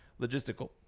logistical